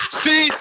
see